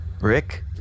Rick